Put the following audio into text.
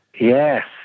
Yes